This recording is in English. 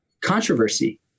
controversy